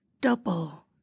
double